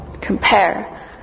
compare